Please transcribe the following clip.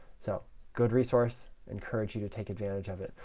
so good resource. encourage you to take advantage of it.